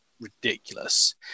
ridiculous